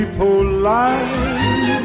polite